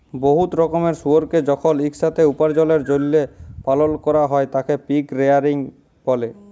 বহুত রকমের শুয়রকে যখল ইকসাথে উপার্জলের জ্যলহে পালল ক্যরা হ্যয় তাকে পিগ রেয়ারিং ব্যলে